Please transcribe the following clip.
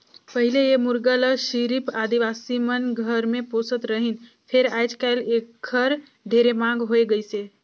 पहिले ए मुरगा ल सिरिफ आदिवासी मन घर मे पोसत रहिन फेर आयज कायल एखर ढेरे मांग होय गइसे